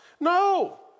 No